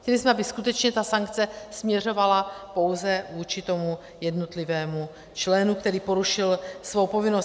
Chtěli jsme, aby skutečně ta sankce směřovala pouze vůči tomu jednotlivému členu, který porušil svou povinnost.